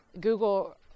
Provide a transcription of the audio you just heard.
Google